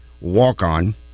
walk-on